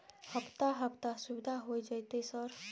हफ्ता हफ्ता सुविधा होय जयते सर?